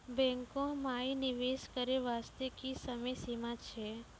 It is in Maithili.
बैंको माई निवेश करे बास्ते की समय सीमा छै?